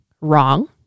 wrong